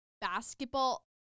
basketball